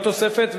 זאת תוספת,